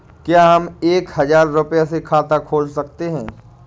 क्या हम एक हजार रुपये से खाता खोल सकते हैं?